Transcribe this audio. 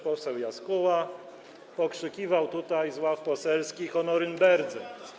Poseł Jaskóła pokrzykiwał tutaj z ław poselskich o Norymberdze.